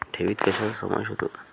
ठेवीत कशाचा समावेश होतो?